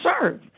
serve